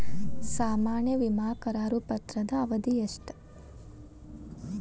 ಸಾಮಾನ್ಯ ವಿಮಾ ಕರಾರು ಪತ್ರದ ಅವಧಿ ಎಷ್ಟ?